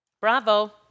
Bravo